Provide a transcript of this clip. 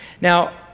Now